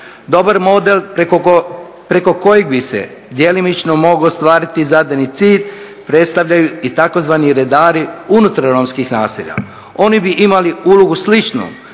Dobar model preko kojeg bi se djelomično mogao ostvariti zadani cilj predstavljaju i tzv. redari unutar romskih naselja. Oni bi imali ulogu slično